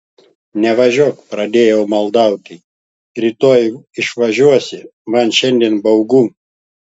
nevažiuok pradėjau maldauti rytoj išvažiuosi man šiandien baugu